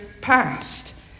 past